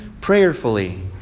prayerfully